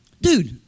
Dude